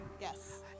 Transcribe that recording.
Yes